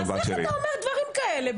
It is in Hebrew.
אז איך אתה אומר דברים כאלה?